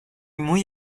muy